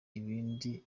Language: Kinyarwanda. ibindi